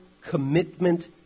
commitment